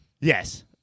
Yes